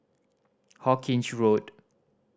Hawkinge Road